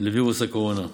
לווירוס הקורונה.